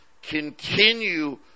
continue